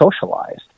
socialized